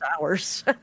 hours